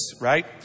right